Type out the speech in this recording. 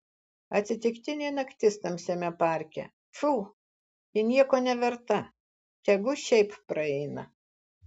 atsitiktinė naktis tamsiame parke pfu ji nieko neverta tegu šiaip praeina